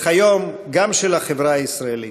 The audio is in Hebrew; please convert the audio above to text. וכיום, גם של החברה הישראלית.